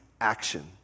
action